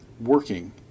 working